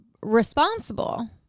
responsible